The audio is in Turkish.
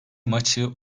maçı